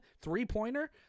three-pointer